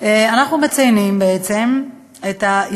אנחנו מציינים את היציאה